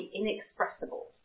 inexpressible